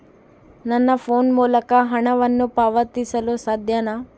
ನನ್ನ ಫೋನ್ ಮೂಲಕ ಹಣವನ್ನು ಪಾವತಿಸಲು ಸಾಧ್ಯನಾ?